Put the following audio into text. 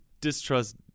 distrust